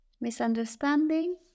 misunderstanding